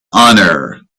honour